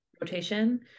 rotation